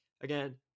again